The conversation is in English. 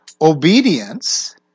obedience